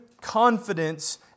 confidence